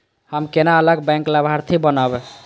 हम केना अलग बैंक लाभार्थी बनब?